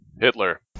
Hitler